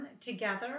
together